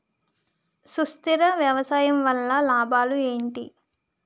సుస్థిర వ్యవసాయం వల్ల లాభాలు ఏంటి?